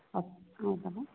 okay ಹೌದಾ